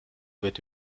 wird